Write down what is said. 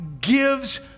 gives